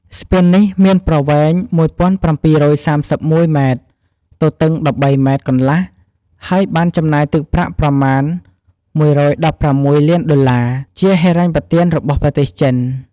ស្ពាននេះ មានប្រវែង ១៧៣១ម៉ែត្រ ទទឹង ១៣ម៉ែត្រកន្លះ ហើយបានចំណាយទឹកប្រាក់ប្រមាណ ១១៦ លានដុល្លារ ជាហិរញ្ញប្បទានរបស់ប្រទេសចិន។